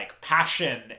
passion